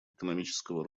экономического